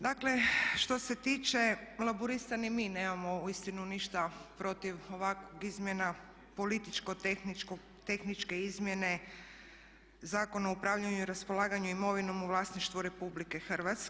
Dakle što se tiče Laburista ni mi nemamo uistinu protiv ovakvih izmjena, političko-tehničke izmjene Zakona o upravljanju i raspolaganju imovinom u vlasništvu RH.